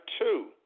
two